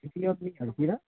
हरूतिर